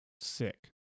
Sick